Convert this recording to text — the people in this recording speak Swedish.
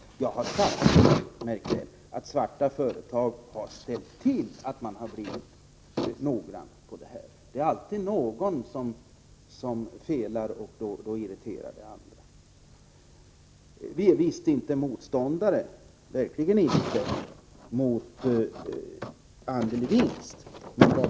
Vad jag har sagt — märk väl — är att svarta företag har ställt sig så, att man blivit noggrann i det här avseendet. Det är ju alltid någon som felar, och då irriterar det andra. Vi är visst inte motståndare till andel i vinst — verkligen inte.